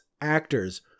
actors